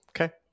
Okay